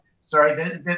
sorry